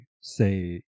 say